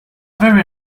very